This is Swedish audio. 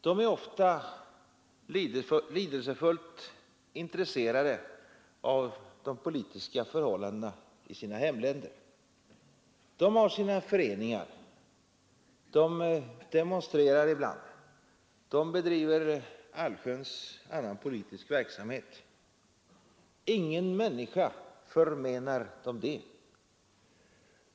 De är ofta lidelsefullt intresserade av de politiska förhållandena i sina hemländer. De har sina föreningar. De demonstrerar ibland. De bedriver allsköns politisk verksamhet. Ingen människa förmenar dem detta.